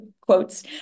quotes